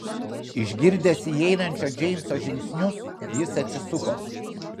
išgirdęs įeinančio džeimso žingsnius jis atsisuko